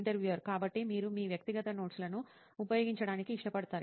interviewer కాబట్టి మీరు మీ వ్యక్తిగత నోట్స్ లను ఉపయోగించడానికి ఇష్టపడతారు